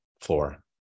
floor